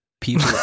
people